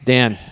Dan